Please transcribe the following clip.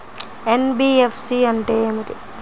NBFC అంటే ఏమిటి?